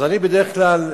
אז אני בדרך כלל,